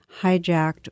hijacked